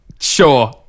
Sure